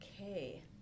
okay